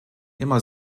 immer